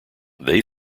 they